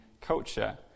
culture